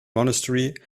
monastery